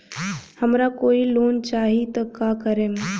हमरा कोई लोन चाही त का करेम?